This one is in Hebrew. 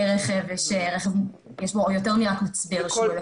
יותר מהמצבר.